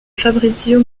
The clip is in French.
fabrizio